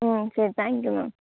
ம் சரி thank you ma'am